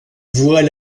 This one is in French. voit